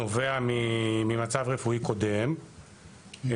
נובע ממצב רפואי קודם,